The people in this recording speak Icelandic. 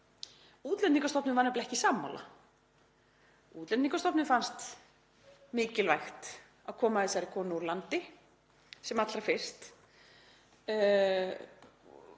Útlendingastofnun var nefnilega ekki sammála. Útlendingastofnun fannst mikilvægt að koma þessari konu úr landi sem allra fyrst